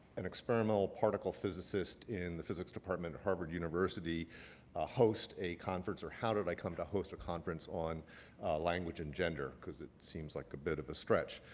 an experimental particle physicist in the physics department at harvard university host a conference or how did i come to host a conference on language and gender? because it seems like a bit of a stretch.